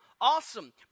awesome